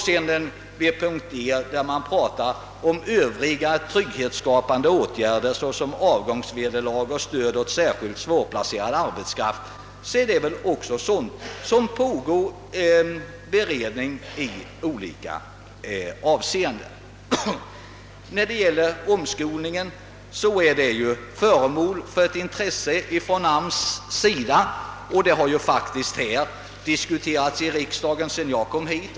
Vid punkt D talar man om »övriga trygghetsskapande åtgärder såsom avgångsvederlag och stöd åt särskilt svårplacerad arbetskraft». Detta är under beredning i olika avseenden. Omskolningen är föremål för AMS:s intresse, något som diskuterats sedan jag kom hit.